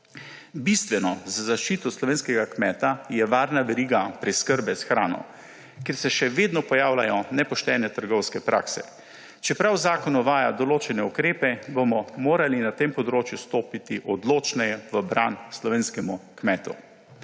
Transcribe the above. Bistvena za zaščito slovenskega kmeta je varna veriga preskrbe s hrano, ker se še vedno pojavljajo nepoštene trgovske prakse. Čeprav zakon uvaja določene ukrepe, bomo morali na tem področju stopiti odločneje v bran slovenskemu kmetu.